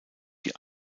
die